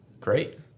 Great